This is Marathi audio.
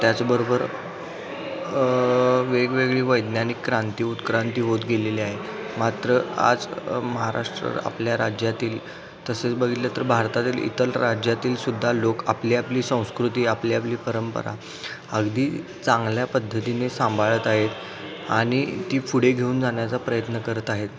त्याचबरोबर वेगवेगळी वैज्ञानिक क्रांती उत्क्रांती होत गेलेली आहे मात्र आज महाराष्ट्र आपल्या राज्यातील तसेच बघितलं तर भारतातील इतर राज्यातील सुद्धा लोक आपली आपली संस्कृती आपली आपली परंपरा अगदी चांगल्या पद्धतीने सांभाळत आहेत आणि ती पुढे घेऊन जाण्याचा प्रयत्न करत आहेत